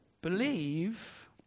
Believe